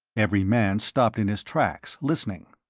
every man stopped in his tracks, listening.